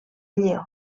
lleó